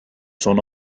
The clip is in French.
son